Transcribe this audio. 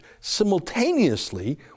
simultaneously